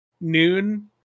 noon